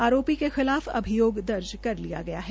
आरोपी के खिलाफ अभियोग दर्ज कर लिया गया है